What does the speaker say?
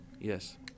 yes